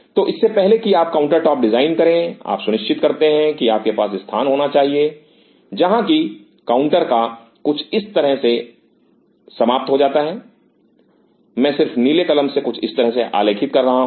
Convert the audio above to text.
तो इससे पहले कि आप काउंटर टॉप डिज़ाइन करें आप सुनिश्चित करते हैं कि आपके पास स्थान होना चाहिए जहां की काउंटर का कुछ इस तरह से समाप्त हो जाता है मैं सिर्फ नीले कलम से कुछ इस तरह से आलेखित कर रहा हूं